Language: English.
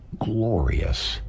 glorious